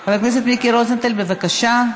חבר הכנסת מיקי רוזנטל, בבקשה.